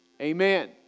Amen